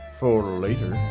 for later.